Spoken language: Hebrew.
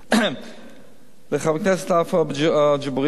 לחבר הכנסת עפו אגבאריה,